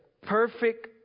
perfect